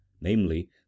namely